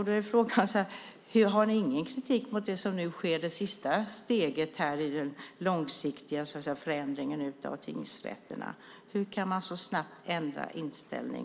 Då är frågan: Har ni ingen kritik mot det som nu sker, nämligen det sista steget i den långsiktiga förändringen av tingsrätterna? Hur kan man så snabbt ändra inställning?